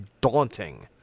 daunting